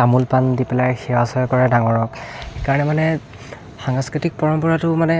তামোল পাণ দি পেলাই সেৱা চেৱা কৰে ডাঙৰক সেইকাৰণে মানে সাংস্কৃতিক পৰম্পৰাটো মানে